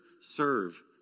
serve